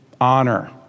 honor